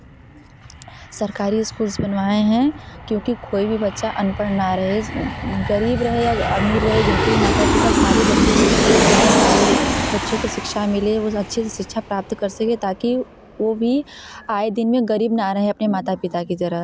सरकारी स्कूल्स बनवाए हैं क्योंकि कोई भी बच्चा अनपढ़ ना रहे गरीब रहे या अमीर रहे जिनके भी माता पिता सारे बच्चे स्कूल जाएँ सारे बच्चों को शिक्षा मिले वे अच्छे से शिक्षा प्राप्त कर सकें ताकि वे भी आए दिन में गरीब ना रहे अपने माता पिता की तरह